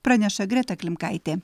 praneša greta klimkaitė